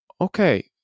okay